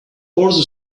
also